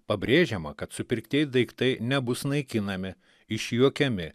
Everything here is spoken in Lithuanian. pabrėžiama kad supirkti daiktai nebus naikinami išjuokiami